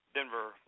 Denver